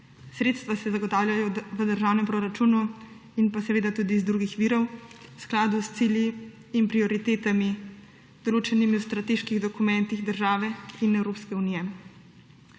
Sredstva se zagotavljajo v državnem proračunu in tudi iz drugih virov v skladu s cilji in prioritetami, določenimi v strateških dokumentih države in Evropske unije.